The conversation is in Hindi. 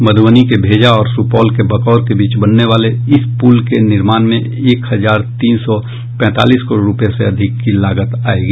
मध्रबनी के भेजा और सुपौल के बकौर के बीच बनने वाले इस पुल के निर्माण में एक हजार तीन सौ पैंतालीस करोड़ रूपये से अधिक की लागत आयेगी